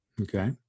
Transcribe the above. Okay